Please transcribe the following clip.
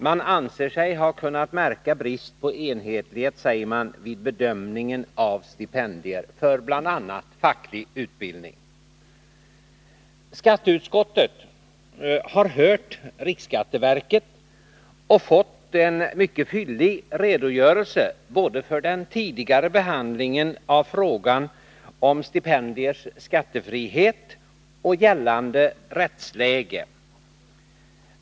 Man anser sig ha kunnat märka brist på enhetlighet vid bedömningen av stipendier för bl.a. facklig utbildning. Skatteutskottet har hört riksskatteverket och fått en mycket fyllig redogörelse både för den tidigare behandlingen av frågan om stipendiers skattefrihet och om gällande rättsläge.